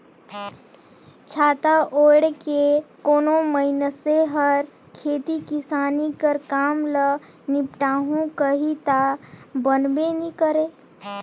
छाता ओएढ़ के कोनो मइनसे हर खेती किसानी कर काम ल निपटाहू कही ता बनबे नी करे